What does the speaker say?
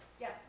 Yes